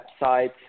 website